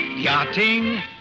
Yachting